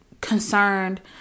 concerned